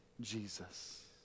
Jesus